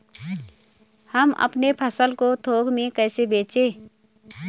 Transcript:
हम अपनी फसल को थोक में कैसे बेचें?